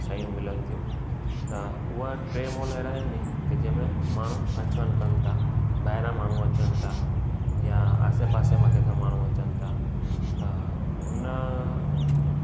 शयूं मिलनि थियूं त उहे टे मॉल अहिड़ा आहिनि जंहिंमें माण्हूं अचु वञु कनि था ॿाहिरां माण्हूं अचनि था या आसे पासे वटि माण्हूं अचनि था त उन